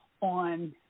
on